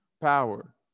power